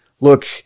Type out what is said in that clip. look